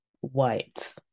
white